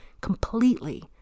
completely